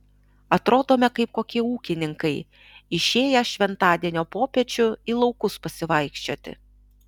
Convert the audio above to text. atrodome kaip kokie ūkininkai išėję šventadienio popiečiu į laukus pasivaikščioti